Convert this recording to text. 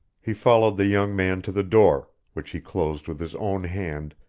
he followed the young man to the door, which he closed with his own hand,